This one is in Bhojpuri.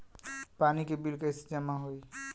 पानी के बिल कैसे जमा होयी?